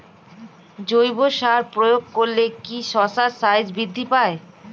জৈব সার প্রয়োগ করলে কি শশার সাইজ বৃদ্ধি পায়?